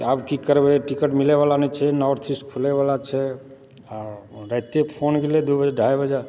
आब की करबै टिकट मिलय वाला नहि छै नार्थ ईस्ट खुलय वाला छै आ रातिए फोन गेलय दू बजे ढ़ाई बजे